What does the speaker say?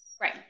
Right